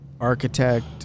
architect